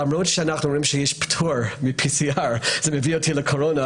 למרות שאנחנו רואים שיש פטור מ-PCR זה מביא אותי לקורונה,